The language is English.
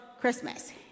Christmas